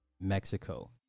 Mexico